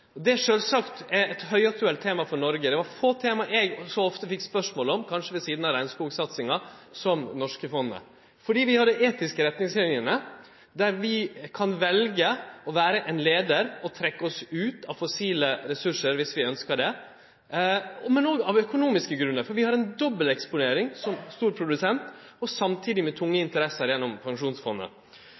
det føresett for investeringane i selskapa at dei vert henta ut. Det er sjølvsagt eit høgaktuelt tema for Noreg. Det er få tema eg som statsråd fekk spørsmål om så ofte, kanskje ved sida av regnskogsatsinga, som det norske fondet. Vi har dei etiske retningslinene, der vi kan velje å vere ein leiar og trekkje oss ut frå fossile ressursar om vi ønskjer det, men òg av økonomiske grunnar. Vi har ei dobbeleksponering som stor produsent saman med tunge interesser